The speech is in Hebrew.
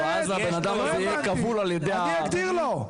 אני אגדיר לו.